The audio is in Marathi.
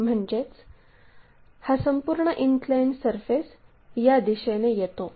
म्हणजेच हा संपूर्ण इनक्लाइन सरफेस या दिशेने येतो